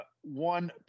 one